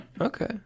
Okay